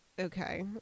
okay